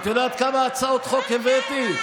את יודעת כמה הצעות חוק הבאתי?